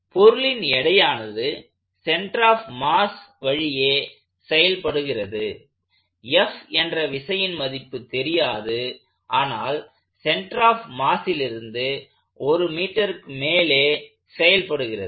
பொருளின் எடையானது centre of mass வழியே செயல்படுகிறது F என்ற விசையின் மதிப்பு தெரியாது ஆனால் சென்டர் ஆப் மாஸிலிருந்து 1m மேலே செயல்படுகிறது